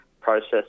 process